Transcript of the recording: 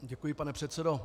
Děkuji, pane předsedo.